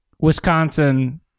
Wisconsin